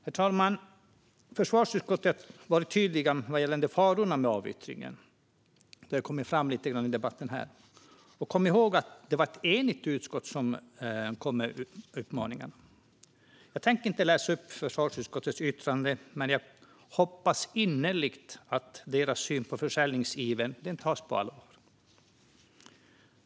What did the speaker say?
Herr talman! Försvarsutskottet har varit tydligt gällande farorna med avyttringen. Det har kommit fram lite i den här debatten. Och kom ihåg att det var ett enigt utskott som kom med uppmaningen! Jag tänker inte läsa upp försvarsutskottets yttrande, men jag hoppas innerligt att deras syn på försäljningsivern tas på allvar.